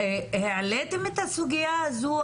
העליתם את הסוגיה הזו?